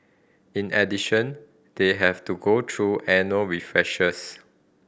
in addition they have to go through annual refreshers